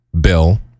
bill